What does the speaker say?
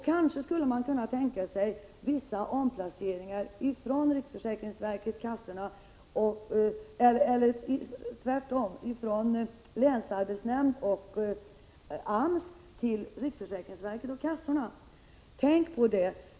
Kanske skulle man kunna tänka sig vissa omplaceringar från länsarbetshämnd och AMS till riksförsäkringsverket och kassorna. Tänk på det!